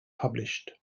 published